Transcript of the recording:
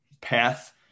path